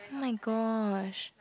oh my gosh